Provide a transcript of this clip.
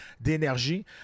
d'énergie